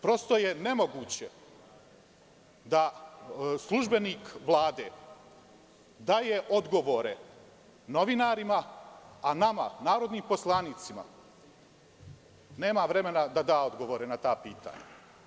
Prosto je nemoguće da službenik Vlade daje odgovore novinarima, a nama, narodnim poslanicima nema vremena da da odgovore na ta pitanja.